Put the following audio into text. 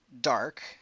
dark